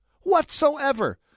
whatsoever